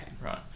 Right